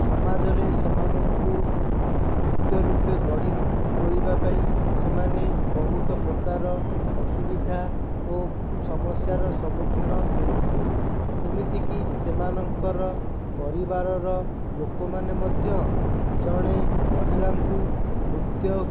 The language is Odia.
ସମାଜରେ ସେମାନଙ୍କୁ ନୃତ୍ୟ ରୂପେ ଗଢ଼ି ତୋଳିବା ପାଇଁ ସେମାନେ ବହୁତ ପ୍ରକାର ଅସୁବିଧା ଓ ସମସ୍ୟାର ସମ୍ମୁଖୀନ ହେଉଥିଲେ ଏମିତିକି ସେମାନଙ୍କର ପରିବାରର ଲୋକମାନେ ମଧ୍ୟ ଜଣେ ମହିଳାଙ୍କୁ ନୃତ୍ୟ